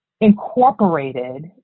incorporated